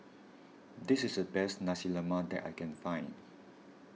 this is the best Nasi Lemak that I can find